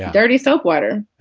dirty soap, water.